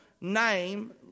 name